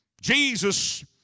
Jesus